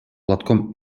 платком